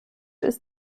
ist